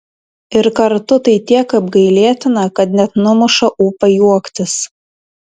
ir kartu tai tiek apgailėtina kad net numuša ūpą juoktis